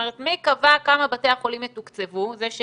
זאת אומרת מי קבע כמה בתי החולים יתוקצבו?